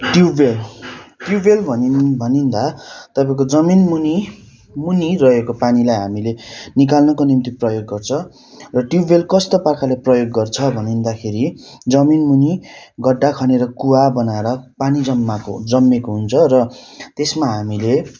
tubewell tubewell भनिन भनिन्दा तपाईँको जमिनमुनि मुनि रहेको पानीलाई हामीले निकाल्नको निम्ति प्रयोग गर्छ र ट्युबवेल कस्तो पाराले प्रयोग गर्छ भनिन्दाखेरि जमिनमुनि गड्डा खनेर कुवा बनाएर पानी जमाको जमेको हुन्छ र त्यसमा हामीले